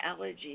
allergies